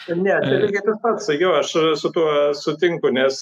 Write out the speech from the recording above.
ne čia lygiai tas pats sakiau aš su tuo sutinku nes